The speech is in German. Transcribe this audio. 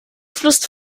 fluss